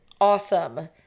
awesome